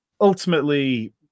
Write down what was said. ultimately